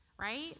right